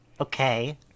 Okay